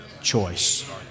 choice